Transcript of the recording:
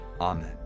Amen